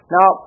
Now